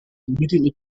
immediately